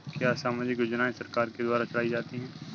क्या सामाजिक योजनाएँ सरकार के द्वारा चलाई जाती हैं?